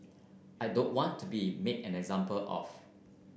I don't want to be made an example of